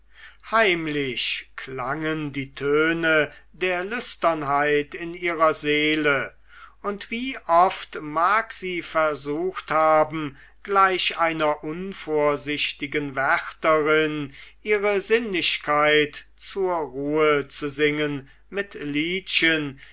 heimlich klangen die töne der lüsternheit in ihre seele und wie oft mag sie versucht haben gleich einer unvorsichtigen wärterin ihre sinnlichkeit zur ruhe zu singen mit liedchen